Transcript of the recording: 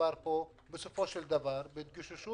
שמדובר פה בסופו של דבר בהתגוששות